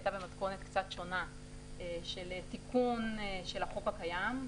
היא הייתה במתכונת קצת שונה של תיקון החוק הקיים,